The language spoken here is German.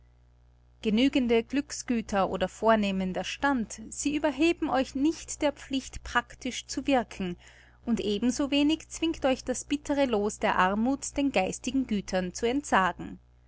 genügende glücksgüter oder vornehmer stand sie überheben euch nicht der pflicht praktisch zu wirken und eben so wenig zwingt euch das bittere loos der armuth den geistigen gütern zu entsagen